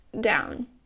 down